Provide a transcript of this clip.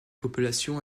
populations